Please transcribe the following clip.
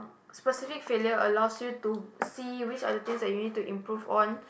specific failures allow you to see which are the things that you need to improve on